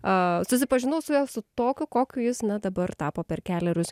susipažinau su juo su tokiu kokiu jis na dabar tapo per kelerius